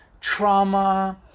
trauma